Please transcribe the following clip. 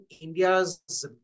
India's